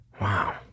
Wow